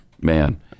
Man